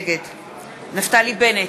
נגד נפתלי בנט,